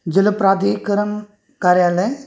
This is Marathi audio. जल प्राधीकरण कार्यालय